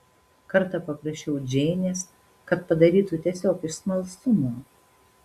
kartą paprašiau džeinės kad padarytų tiesiog iš smalsumo